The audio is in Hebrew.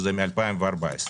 שזה מ-2014.